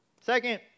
Second